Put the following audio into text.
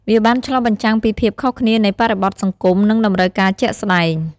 វាបានឆ្លុះបញ្ចាំងពីភាពខុសគ្នានៃបរិបទសង្គម និងតម្រូវការជាក់ស្តែង។